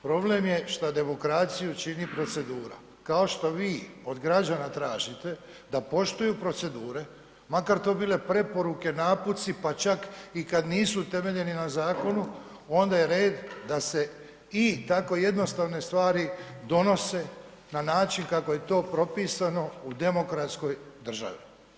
Problem je što demokraciju čini procedura, kao što vi od građana tražite ta poštuju procedure, makar to bile preporuke, naputci, pa čak i kada nisu utemeljeni na zakonu onda je red da se i tako jednostavne stvari donose na način kako je to propisano u demokratskoj državi.